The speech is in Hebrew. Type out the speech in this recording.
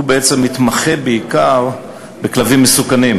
הוא בעצם מתמחה בעיקר בכלבים מסוכנים,